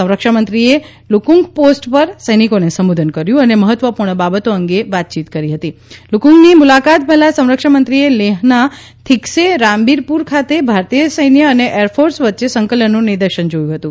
સંરક્ષણ મંત્રીએ લુકુંગ પોસ્ટ પર સૈનિકોને સંબોધન કર્યું અને મહત્વપૂર્ણ બાબતો અંગે વાતચીત કરી લુકુંગની મુલાકાત પહેલાં સંરક્ષણ મંત્રીએ લેહના થિક્સે રામબીરપુર ખાતે ભારતીય સૈન્ય અને એરફોર્સ વચ્ચે સંક લનનું નિદર્શન જોયું હતું